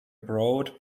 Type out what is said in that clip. broad